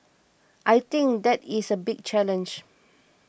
I think that is a big challenge